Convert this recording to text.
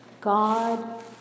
God